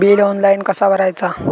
Bill online कसा भरायचा?